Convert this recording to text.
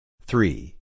three